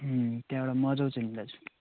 त्यहाँबाट मजा आउँछ नि दाजु